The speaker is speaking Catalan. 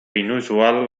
inusual